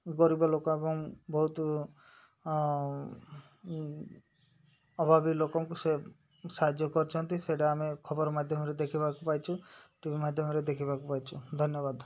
ଗରିବ ଲୋକ ଏବଂ ବହୁତ ଅଭାବି ଲୋକଙ୍କୁ ସେ ସାହାଯ୍ୟ କରିଛନ୍ତି ସେଇଟା ଆମେ ଖବର ମାଧ୍ୟମରେ ଦେଖିବାକୁ ପାଇଛୁ ଟିଭି ମାଧ୍ୟମରେ ଦେଖିବାକୁ ପାଇଛୁ ଧନ୍ୟବାଦ